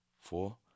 four